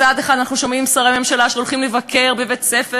מצד אחד אנחנו שומעים שרי ממשלה שהולכים לבקר בבית-ספר